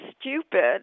stupid